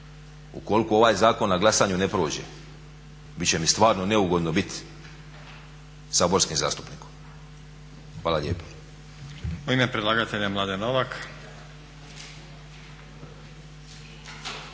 Ukoliko ovaj zakon na glasanju ne prođe bit će mi stvarno neugodno bit saborskim zastupnikom. Hvala lijepo.